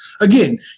again